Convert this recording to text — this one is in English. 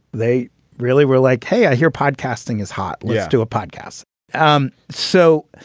they really were like, hey, i hear podcasting is hot. let's do a podcast um so